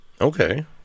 Okay